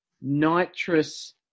Nitrous